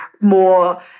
more